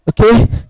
okay